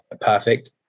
perfect